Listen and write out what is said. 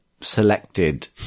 selected